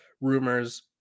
rumors